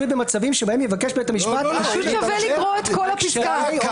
במצבים שבהם יבקש בית המשפט להתגבר על קשיי הוכחה"